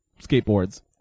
skateboards